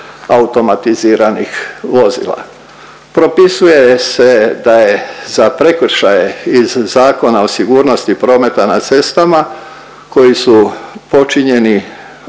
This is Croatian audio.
automatiziranih vozila. Propisuje se da je za prekršaje iz Zakona o sigurnosti prometa na cestama koji su počinjeni